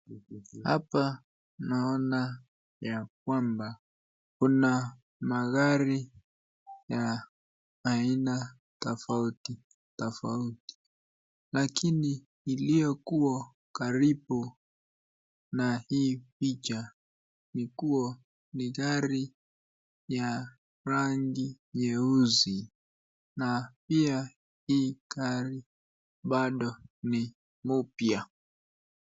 Hapa naona ya kwamba kuna magari ya haina tofauti tofauti lakini iliokuwa karibu na hii picha ni kuwa ni gari ya rangi nyeusi na pia hii gari bado ni mupya.